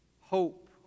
hope